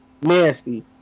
Nasty